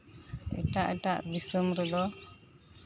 ᱮᱴᱟᱜ ᱮᱴᱟᱜ ᱫᱤᱥᱚᱢ ᱨᱮᱫᱚ